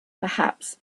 perhaps